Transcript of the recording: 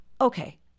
Okay